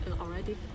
already